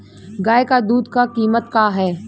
गाय क दूध क कीमत का हैं?